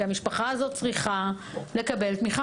כי המשפחה הזו צריכה לקבל תמיכה,